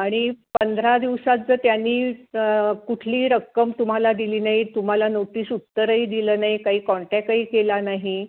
आणि पंधरा दिवसात जर त्याने कुठली रक्कम तुम्हाला दिली नाही तुम्हाला नोटीस उत्तरही दिलं नाही काही कॉन्टॅकही केला नाही